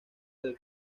del